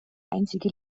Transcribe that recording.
einzige